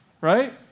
Right